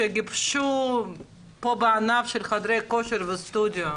שגיבשו פה בענף של חדרי הכושר וסטודיו,